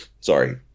Sorry